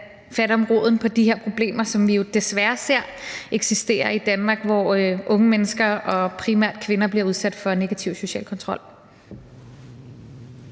fat om roden af de her problemer, som vi jo desværre ser eksistere i Danmark, hvor unge mennesker og primært kvinder bliver udsat for negativ social kontrol.